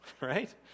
right